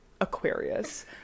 Aquarius